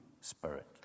spirit